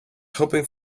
hoping